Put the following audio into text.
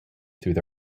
through